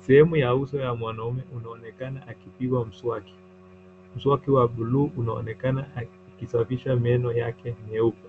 Sehemu ya uso wa mwanaume unaonekana akipiga mswaki. Mswaki wa buluu unaonekana akisafisha meno yake meupe.